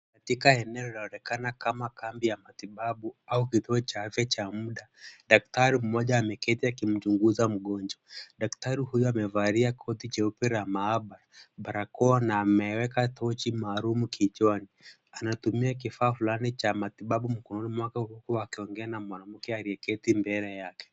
Katika eneo linaonekana kama kambi ya matibabu au kituo cha afya cha muda, daktari mmoja ameketi akimchunguza mgonjwa. Daktari huyo amevalia koti jeupe la maabara, barakoa na ameweka tochi maalum kichwani. Anatumia kifaa fulani cha matibabu mkononi mwake huku akiongea na mwanamke aliyeketi mbele yake